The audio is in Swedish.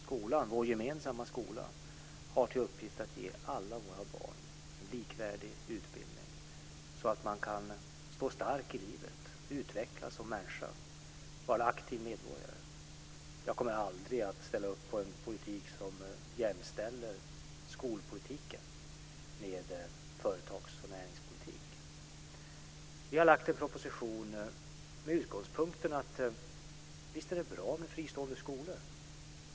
Skolan - vår gemensamma skola - har till uppgift att ge alla våra barn en likvärdig utbildning så att de kan stå starka i livet, utvecklas som människor och vara aktiva medborgare. Jag kommer aldrig att ställa upp på en politik som jämställer skolpolitiken med företags och näringspolitiken. Vi har lagt fram en proposition med utgångspunkten att det är bra med fristående skolor.